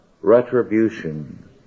retribution